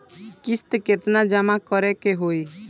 किस्त केतना जमा करे के होई?